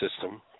system